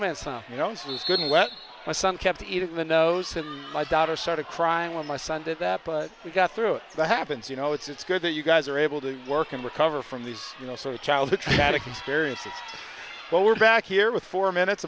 many you know it was good and well my son kept eating the nose and my daughter started crying when my son did that but we got through the happens you know it's good that you guys are able to work and recover from these you know sort of childhood that experiences but we're back here with four minutes